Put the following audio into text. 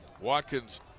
Watkins